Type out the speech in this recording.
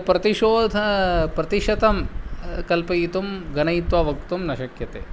प्रतिशोधं प्रतिशतं कल्पयितुं गणयित्वा वक्तुं न शक्यते